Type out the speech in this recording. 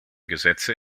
gesetze